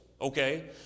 okay